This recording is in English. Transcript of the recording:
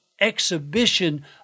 exhibition